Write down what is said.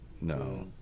No